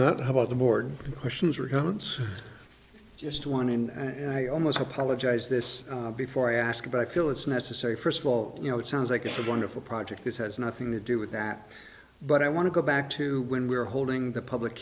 not how about the board questions or comments just one and i almost apologize this before i ask about i feel it's necessary first of all you know it sounds like a wonderful project this has nothing to do with that but i want to go back to when we were holding the public